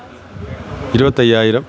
ഇരുപത്തയ്യായിരം